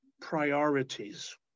priorities